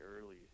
early